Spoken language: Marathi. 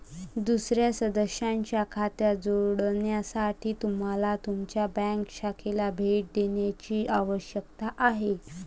दुसर्या सदस्याच्या खात्यात जोडण्यासाठी तुम्हाला तुमच्या बँक शाखेला भेट देण्याची आवश्यकता आहे